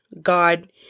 god